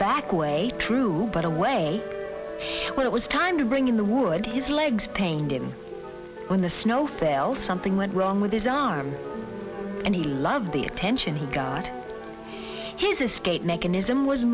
back way through but away when it was time to bring in the wood his legs pained him when the snow failed something went wrong with his arm and he loved the attention he got his escape mechanism was